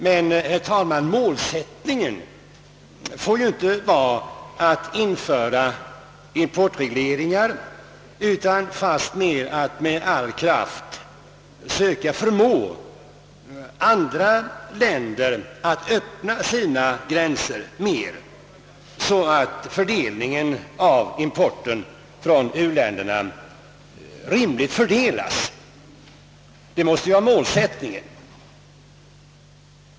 Men, herr talman, målsättningen får ju inte vara att införa importregleringar utan fastmer att med all kraft söka förmå andra länder att öppna sina gränser mer, så att fördelningen av importen från u-länderna rimligt fördelas. Det måste ju vara målsättningen.